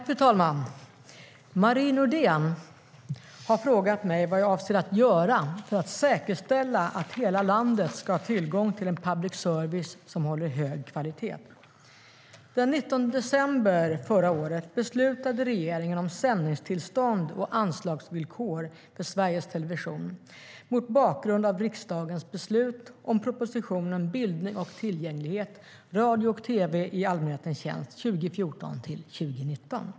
Fru talman! Marie Nordén har frågat mig vad jag avser att göra för att säkerställa att hela landet ska ha tillgång till en public service som håller hög kvalitet. Den 19 december förra året beslutade regeringen om sändningstillstånd och anslagsvillkor för Sveriges Television, mot bakgrund av riksdagens beslut om propositionen Bildning och tillgänglighet - radio och tv i allmänhetens tjänst 2014-2019 .